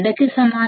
కి సమానం